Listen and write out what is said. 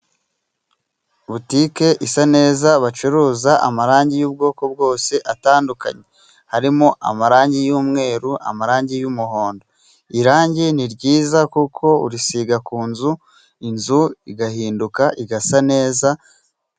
Butike isa neza bacuruza amarangi y'ubwoko bwose atandukanye harimo: amarangi y'umweru, amarangi y'umuhondo. Irangi ni ryiza kuko urisiga ku nzu, inzu igahinduka igasa neza.